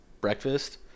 breakfast